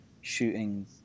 shooting